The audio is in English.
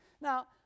Now